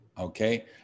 okay